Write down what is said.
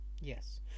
yes